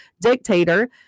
dictator